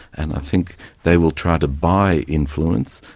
and i think they will try to buy influence,